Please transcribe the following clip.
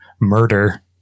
murder